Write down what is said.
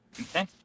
Okay